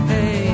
Hey